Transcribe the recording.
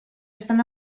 estan